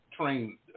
train